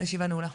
הישיבה נעולה.